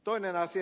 toinen asia